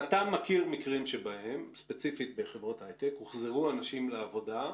אתה מכיר מקרים שבהם ספציפית בחברות ההיי-טק הוחזרו אנשים לעבודה,